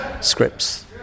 scripts